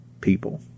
people